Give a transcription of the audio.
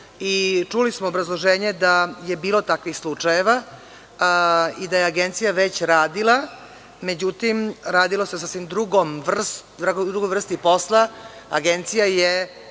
Čuli smo obrazloženje da je bilo takvih slučajeva i da je Agencija već radila. Međutim, radilo se o sasvim drugoj vrsti posla. Agencija je